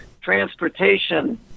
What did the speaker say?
transportation